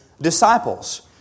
disciples